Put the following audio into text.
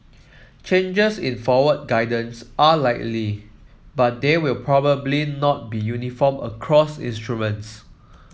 changes in forward guidance are likely but they will probably not be uniform across instruments